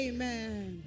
Amen